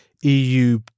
EU